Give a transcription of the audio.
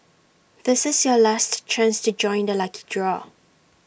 this is your last chance to join the lucky draw